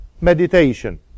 meditation